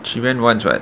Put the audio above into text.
she went once [what]